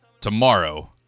tomorrow